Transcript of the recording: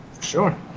Sure